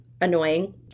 annoying